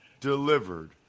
delivered